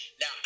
Now